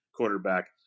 Quarterback